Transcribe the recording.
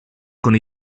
con